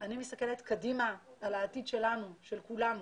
אני מסתכלת קדימה על העתיד שלנו, של כולנו,